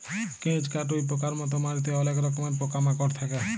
কেঁচ, কাটুই পকার মত মাটিতে অলেক রকমের পকা মাকড় থাক্যে